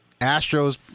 Astros –